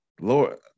Lord